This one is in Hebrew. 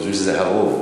חושבים שזה "הרוב",